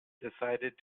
decided